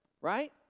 right